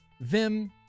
Vim